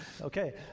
Okay